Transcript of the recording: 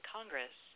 Congress